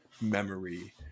memory